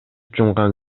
жумган